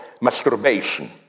masturbation